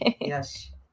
Yes